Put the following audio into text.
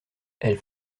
elles